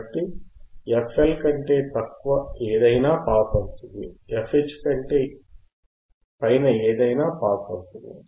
కాబట్టి fL కంటే తక్కువ ఏదైనా పాస్ అవుతుంది fH కంటే పైన ఏదైనా పాస్ అవుతుంది